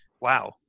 wow